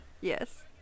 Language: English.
Yes